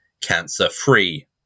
cancer-free